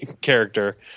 character